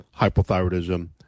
hypothyroidism